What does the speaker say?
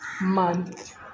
month